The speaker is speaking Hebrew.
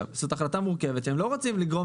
זו החלטה מורכבת שהם לא רוצים לגרום